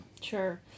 Sure